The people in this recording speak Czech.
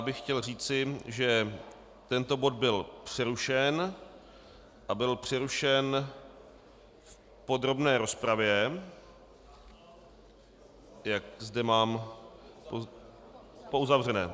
Chtěl bych říci, že tento bod byl přerušen a byl přerušen v podrobné rozpravě, jak zde mám po uzavřené.